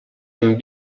amb